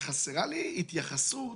וחסרה לי התייחסות